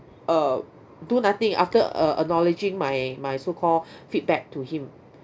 uh do nothing after uh acknowledging my my so call feedback to him